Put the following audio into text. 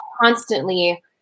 constantly